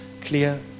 clear